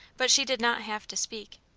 but she did not have to speak.